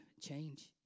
change